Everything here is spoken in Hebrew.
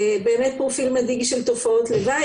באמת פרופיל מדאיג של תופעות לוואי,